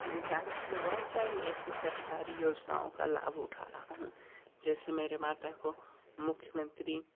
जी हाँ मैं बहुत सारी ऐसी सरकारी योजनाओं का लाभ उठा रहा हूँ जैसे मेरे माता को मुख्यमंत्री